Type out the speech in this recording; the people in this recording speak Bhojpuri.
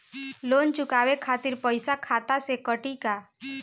लोन चुकावे खातिर पईसा खाता से कटी का?